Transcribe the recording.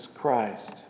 Christ